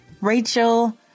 Rachel